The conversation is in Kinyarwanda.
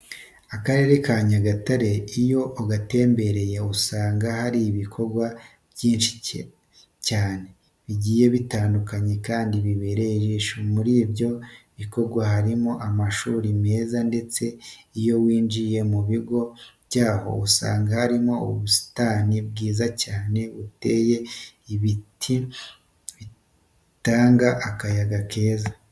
Akarere ka Nyagatare iyo ugatembereyemo usanga hari ibikorwa byinshi cyane bigiye bitandukanye kandi bibereye ijisho. Muri ibyo bikorwa harimo amashuri meza ndetse iyo winjiye mu bigo byaho usanga harimo ubusitani bwiza cyane buteyemo ibiti bitanga akayaga keza.